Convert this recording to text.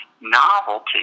novelty